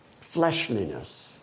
fleshliness